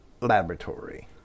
Laboratory